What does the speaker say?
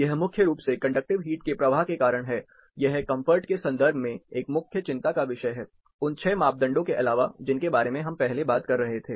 यह मुख्य रूप से कंडक्टिव हीट के प्रवाह के कारण है यह कंफर्ट के संदर्भ में एक मुख्य चिंता का विषय है उन 6 मापदंडों के अलावा जिनके बारे में पहले बात कर रहे थे